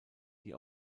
die